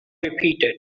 repeated